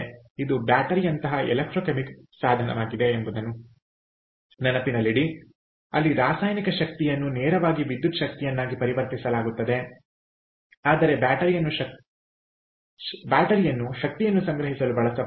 ಇದು ಬ್ಯಾಟರಿ ಯಂತಹ ಎಲೆಕ್ಟ್ರೋಕೆಮಿಕಲ್ ಸಾಧನವಾಗಿದೆ ಎಂಬುದನ್ನು ನೆನಪಿನಲ್ಲಿಡಿ ಅಲ್ಲಿ ರಾಸಾಯನಿಕ ಶಕ್ತಿಯನ್ನು ನೇರವಾಗಿ ವಿದ್ಯುತ್ ಶಕ್ತಿಯನ್ನಾಗಿ ಪರಿವರ್ತಿಸಲಾಗುತ್ತದೆ ಆದರೆ ಬ್ಯಾಟರಿ ಯನ್ನು ಶಕ್ತಿಯನ್ನು ಸಂಗ್ರಹಿಸಲು ಬಳಸಬಹುದು